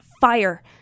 fire